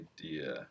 idea